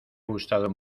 gustado